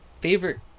favorite